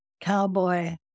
cowboy